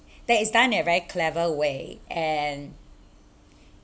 that is done in a very clever way and